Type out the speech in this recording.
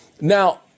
Now